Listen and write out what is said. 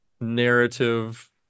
narrative